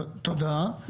תודה.